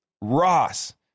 Ross